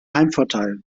heimvorteil